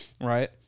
right